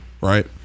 Right